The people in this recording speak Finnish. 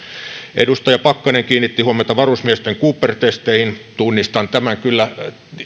edustaja pakkanen kiinnitti huomiota varusmiesten cooperin testeihin tunnistan kyllä